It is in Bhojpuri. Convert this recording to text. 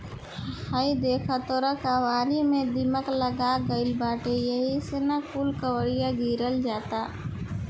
हइ देख तोर केवारी में दीमक लाग गइल बाटे एही से न कूल केवड़िया गिरल जाता